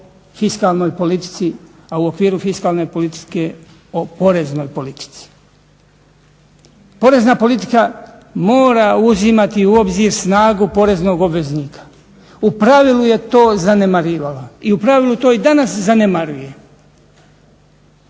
fiskalnoj politici, a u okviru fiskalne politike o poreznoj politici. Porezna politika mora uzimati u obzir snagu poreznog obveznika. U pravilu je to zanemarivala i u pravilu to i danas zanemaruje.